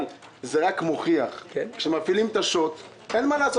אבל זה רק מוכיח: כשמפעילים את השוט אין מה לעשות,